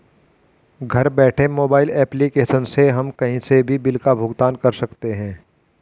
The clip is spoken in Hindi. घर बैठे मोबाइल एप्लीकेशन से हम कही से भी बिल का भुगतान कर सकते है